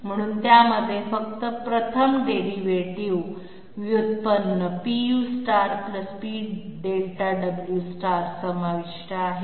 म्हणून त्यामध्ये फक्त प्रथम व्युत्पन्न P u P ̇Δw Pu̇ Δu P Pẇ Δw समाविष्ट आहे